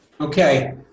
Okay